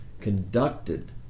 conducted